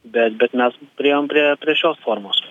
bet bet mes priėjom prie prie šios formos